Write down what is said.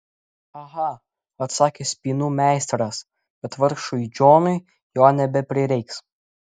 aha atsakė spynų meistras bet vargšui džonui jo nebeprireiks